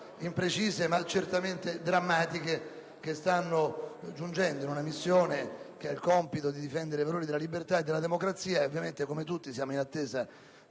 imprecise ma certamente drammatiche, che stanno giungendo. Si tratta di una missione che ha il compito di difendere i valori della libertà e della democrazia. Come tutti siamo in attesa